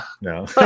no